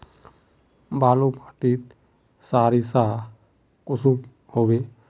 बालू माटित सारीसा कुंसम होबे?